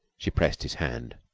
she pressed his hand.